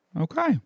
Okay